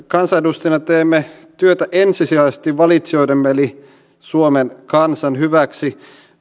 kansanedustajina teemme työtä ensisijaisesti valitsijoidemme eli suomen kansan hyväksi